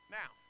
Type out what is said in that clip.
now